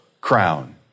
crown